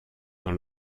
dans